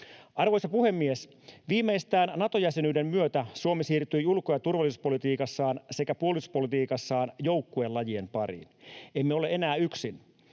Arvoisa puhemies! Viimeistään Nato-jäsenyyden myötä Suomi siirtyi ulko- ja turvallisuuspolitiikassaan sekä puolustuspolitiikassaan joukkuelajien pariin. Emme ole enää yksin